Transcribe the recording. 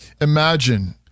Imagine